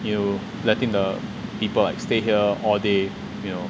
you letting the people like stay here all day you know